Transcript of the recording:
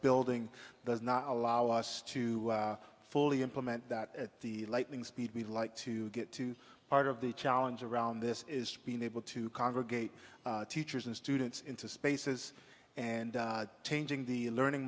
building does not allow us to fully implement that at the lightning speed we'd like to get to part of the challenge around this is being able to congregate teachers and students into spaces and changing the learning